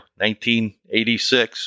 1986